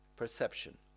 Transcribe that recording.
Perception